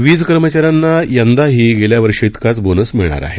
वीज कर्मचाऱ्यांना यंदाही गेल्या वर्षाइतकाच बोनस मिळणार आहे